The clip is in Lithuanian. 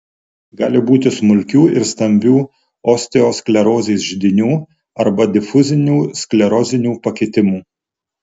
gali būti smulkių ir stambių osteosklerozės židinių arba difuzinių sklerozinių pakitimų